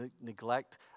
neglect